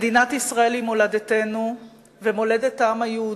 מדינת ישראל היא מולדתנו ומולדת העם היהודי,